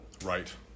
Right